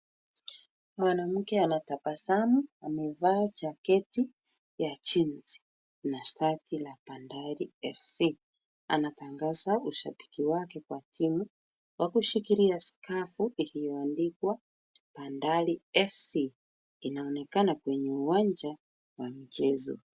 Mwanamke anatabasamu amevaa jaketi ya jeans na shati la Bandari FC. Anatangaza ushabiki wake kwa timu kwa kushikilia skafu iliyoandikwa Bandari FC inaonekana kwenye uwanja wa mchezo.